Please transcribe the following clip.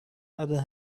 other